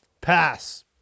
Pass